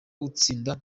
gutsinda